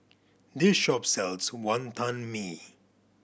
this shop sells Wantan Mee